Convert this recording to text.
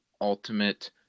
ultimate